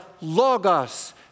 logos